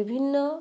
বিভিন্ন